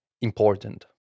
important